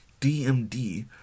DMD